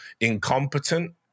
incompetent